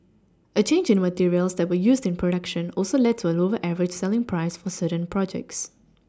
a change in materials that were used in production also led to a lower Average selling price for certain projects